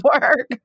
work